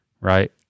right